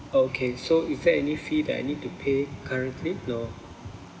okay so is there any fee that I need to pay currently no